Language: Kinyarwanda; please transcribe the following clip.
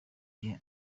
gihe